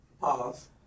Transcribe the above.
Pause